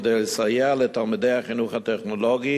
כדי לסייע לתלמידי החינוך הטכנולוגי